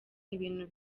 ibintu